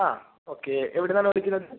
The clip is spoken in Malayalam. ആ ഓക്കെ എവിടെനിന്നാണ് വിളിക്കുന്നത്